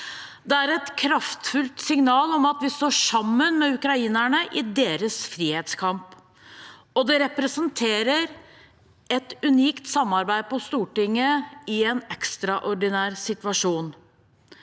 Det er et kraftfullt signal om at vi står sammen med ukrainerne i deres frihetskamp. Det representerer et unikt samarbeid på Stortinget i en ekstraordinær situasjon